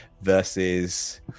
versus